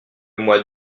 mois